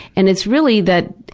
and it's really that,